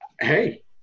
hey